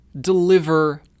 deliver